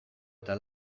eta